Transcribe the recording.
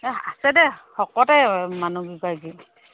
আছে দে শকতে মানুহ কেইগৰাকী